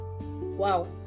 Wow